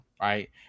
right